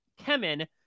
Kemen